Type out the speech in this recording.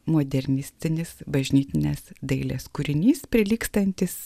modernistinis bažnytinės dailės kūrinys prilygstantis